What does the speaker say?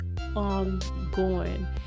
ongoing